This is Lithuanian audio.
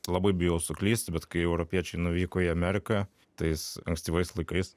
labai bijau suklysti bet kai europiečiai nuvyko į ameriką tais ankstyvais laikais